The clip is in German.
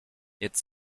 jetzt